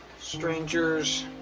Stranger's